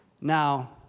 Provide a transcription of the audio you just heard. now